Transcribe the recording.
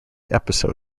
episode